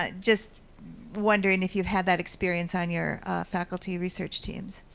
ah just wondering if you've had that experience on your faculty research teams.